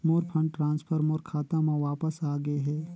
मोर fund transfer मोर खाता म वापस आ गे हे